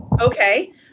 Okay